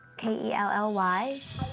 k e l l y.